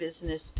business